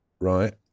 right